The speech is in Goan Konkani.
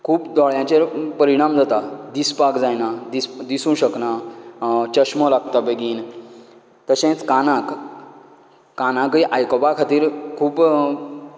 खूब दोळ्यांचेर परिणाम जाता दिसपाक जायना दिस दिसूंक शकना चश्मो लागता बेगीन तशेंच कानाक कानाकय आयकपा खातीर खूब